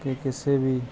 ਤੇ ਕਿਸੇ ਵੀ